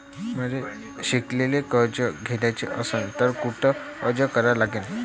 मले शिकायले कर्ज घ्याच असन तर कुठ अर्ज करा लागन?